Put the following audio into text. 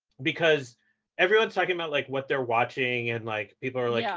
because everyone's talking about like what they're watching. and like people are like,